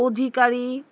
অধিকারী